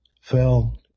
fell